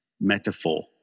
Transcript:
metaphor